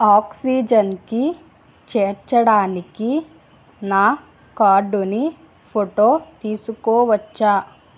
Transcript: ఆక్సిజన్కి చేర్చడానికి నా కార్డుని ఫోటో తీసుకోవచ్చా